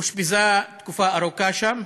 היא אושפזה תקופה ארוכה שם.